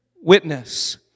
witness